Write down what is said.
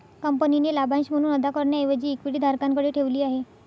कंपनीने लाभांश म्हणून अदा करण्याऐवजी इक्विटी धारकांकडे ठेवली आहे